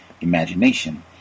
imagination